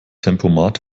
tempomat